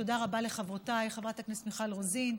תודה רבה לחברותיי חברת הכנסת מיכל רוזין,